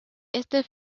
este